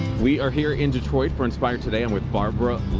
we are here in detroit for inspire today. i'm with barbara